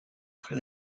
fred